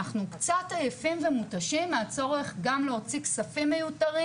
אנחנו קצת עייפים ומותשים מהצורך גם להוציא כספים מיותרים,